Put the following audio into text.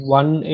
one